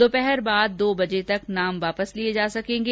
दोपहर बाद दो बजे तक नाम वापस लिये जा सकेंगे